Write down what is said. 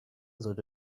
sollte